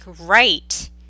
right